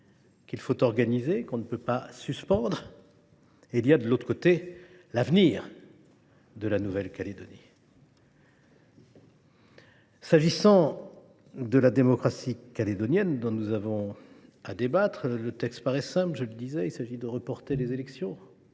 qu’il faut organiser et que l’on ne peut pas suspendre et, de l’autre, l’avenir de la Nouvelle Calédonie. Sur la démocratie calédonienne dont nous avons à débattre, le texte paraît simple : il s’agit de reporter les élections.